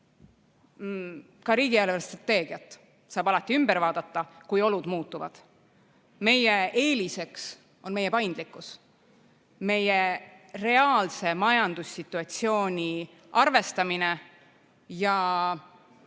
Ka riigi eelarvestrateegiat saab alati ümber vaadata, kui olud muutuvad. Meie eeliseks on meie paindlikkus, meie reaalse majandussituatsiooni arvestamine ja